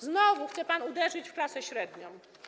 Znowu chce pan uderzyć w klasę średnią.